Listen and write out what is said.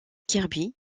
kirby